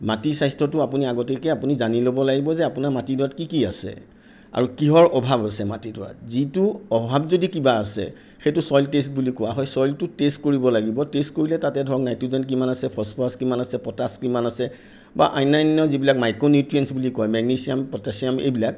মাটি স্বাস্থ্যটো আপুনি আগতীয়াকৈ আপুনি জানি ল'ব লাগিব যে আপোনাৰ মাটিডৰাত কি কি আছে আৰু কিহৰ অভাৱ আছে মাটিডৰাত যিটো অভাৱ যদি কিবা আছে সেইটো ছইল টেষ্ট বুলি কোৱা হয় ছইলটো টেষ্ট কৰিব লাগিব টেষ্ট কৰিলে তাতে ধৰক নাইট্ৰজেন কিমান আছে ফচফৰাছ কিমান আছে পটাছ কিমান আছে বা অন্যান্য যিবিলাক মাইক্ৰনিউট্ৰিয়েণ্টছ বুলি কয় মেগনেছিয়াম পটেছিয়াম এইবিলাক